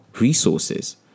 resources